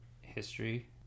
history